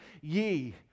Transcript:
ye